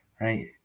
right